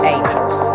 Angels